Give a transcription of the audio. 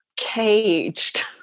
caged